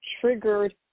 triggered